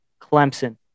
clemson